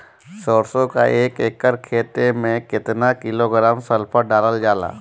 सरसों क एक एकड़ खेते में केतना किलोग्राम सल्फर डालल जाला?